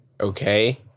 Okay